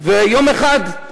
ויום אחד,